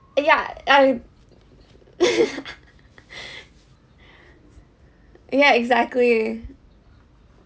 yeah I yeah exactly